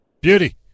Beauty